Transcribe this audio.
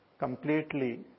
completely